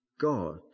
God